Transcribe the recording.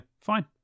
fine